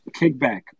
kickback